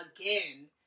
again